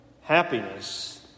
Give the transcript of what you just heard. happiness